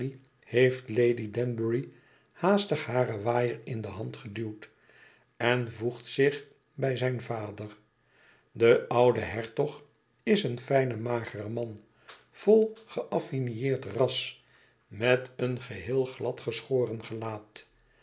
heeft lady danbury haastig haren waaier in de hand geduwd en voegt zich bij zijn vader de oude hertog is een fijne magere man vol geaffineerd ras met een geheel glad geschoren gelaat